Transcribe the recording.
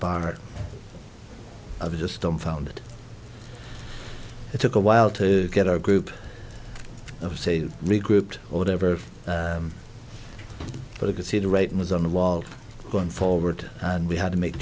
i've just dumbfounded it took a while to get a group of say regrouped or whatever but i could see the writing was on the wall going forward and we had to make